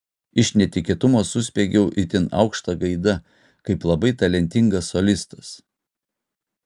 iš netikėtumo suspiegiau itin aukšta gaida kaip labai talentingas solistas